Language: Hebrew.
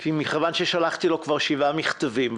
כי מכוון ששלחתי לו כבר שבעה מכתבים,